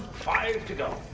five to go.